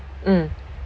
mm